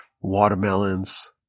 watermelons